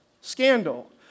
scandal